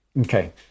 Okay